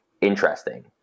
interesting